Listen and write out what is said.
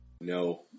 No